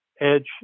edge